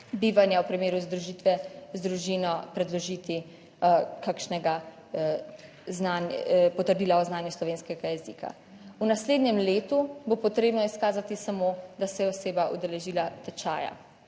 bivanja v primeru združitve z družino predložiti kakšnega potrdila o znanju slovenskega jezika. V naslednjem letu bo potrebno izkazati samo, da se je oseba udeležila tečaja,